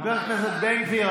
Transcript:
חבר הכנסת בן גביר,